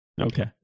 okay